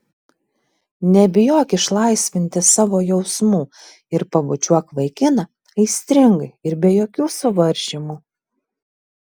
nebijok išlaisvinti savo jausmų ir pabučiuok vaikiną aistringai ir be jokių suvaržymų